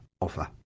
offer